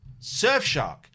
Surfshark